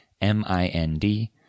M-I-N-D